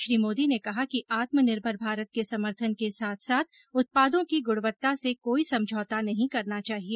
श्री मोदी ने कहा कि आत्मनिर्भर भारत के समर्थन के साथ साथ उत्पादो की गुणवत्ता से कोई समझौता नहीं करना चाहिए